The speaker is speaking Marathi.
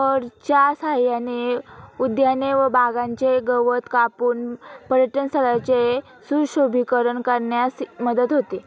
मोअरच्या सहाय्याने उद्याने व बागांचे गवत कापून पर्यटनस्थळांचे सुशोभीकरण करण्यास मदत होते